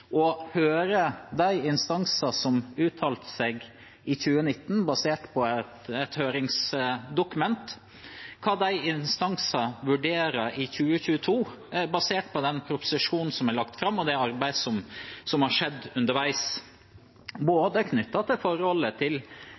å høre hvilke vurderinger de instansene som uttalte seg i 2019 basert på et høringsdokument, har i 2022, basert på den proposisjonen som er lagt fram, og det arbeidet som har skjedd underveis. Det gjelder både det som er knyttet til